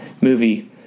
movie